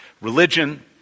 religion